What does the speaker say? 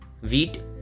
wheat